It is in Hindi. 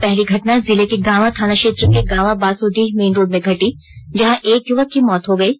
पहली घटना जिले के गांवा थाना क्षेत्र के गांवा बासोडीह मेन रोड में घटी जहां एक युवक की मौत हो गयी